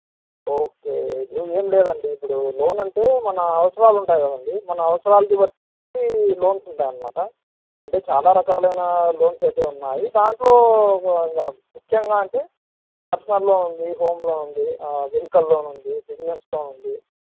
okay ఏం లేదండి ఇప్పుడు లోన్ అంటే మన అవసరాలు ఉంటాయి కదండీ మన అవసరాలకి బట్టి లోన్స్ ఉంటాయి అన్నమాట అంటే చాలా రకాలైన లోన్స్ అయితే ఉన్నాయి దాంట్లో ముఖ్యంగా అంటే పర్సనల్ లోన్ ఉంది హోమ్ లోన్ ఉంది వెహికల్ లోన్ ఉంది బిజినెస్ లోన్ ఉంది